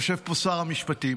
יושב פה שר המשפטים.